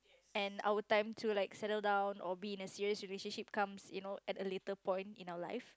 and our time to like settle down or be in a serious relationship comes you know at a later point in our life